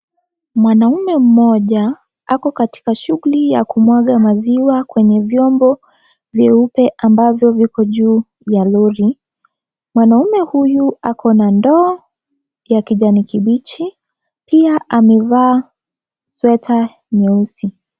Mwanamme mmoja ako katika shughuli ya kumwaga maziwa kwenye vyombo vieupe ambavyo viko juu ya lori. Mwanaume huyu ako na ndoo ya kijani kibichi pia amevaa sweta nyeusi.